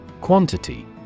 Quantity